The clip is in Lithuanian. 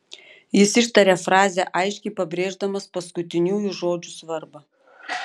jis ištarė frazę aiškiai pabrėždamas paskutiniųjų žodžių svarbą